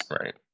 right